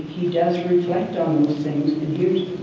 he does reflect on those things and use